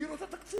הגדילו את התקציב.